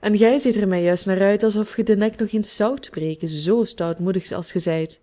en gij ziet er mij juist naar uit alsof ge den nek nog eens zoudt breken zoo stoutmoedig als ge zijt